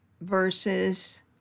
versus